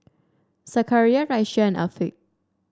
Zakaria Raisya and Afiq